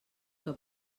que